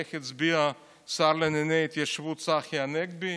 איך הצביע השר לענייני התיישבות צחי הנגבי,